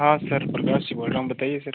हाँ सर प्रकाश जी बोल रहा हूँ बताइए सर